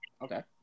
okay